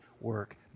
work